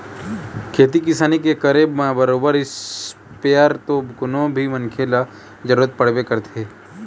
खेती किसानी के करे म बरोबर इस्पेयर तो कोनो भी मनखे ल जरुरत पड़बे करथे